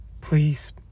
please